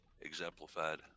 exemplified